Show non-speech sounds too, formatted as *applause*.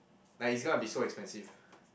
like it's gonna be so expensive *noise*